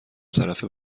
طرفه